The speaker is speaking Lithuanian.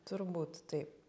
turbūt taip